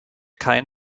kein